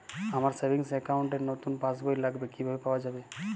আমার savings account র নতুন পাসবই লাগবে, কিভাবে পাওয়া যাবে?